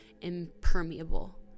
impermeable